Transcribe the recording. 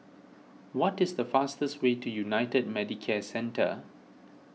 what is the fastest way to United Medicare Centre